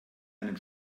einem